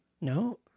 No